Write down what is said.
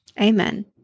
Amen